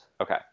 Okay